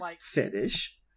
fetish